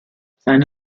seine